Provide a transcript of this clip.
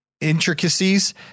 intricacies